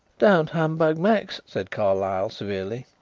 don't humbug, max, said carlyle severely.